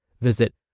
Visit